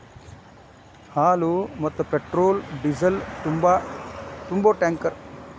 ಹಾಲ, ಮತ್ತ petrol diesel ತುಂಬು ಟ್ಯಾಂಕರ್